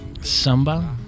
samba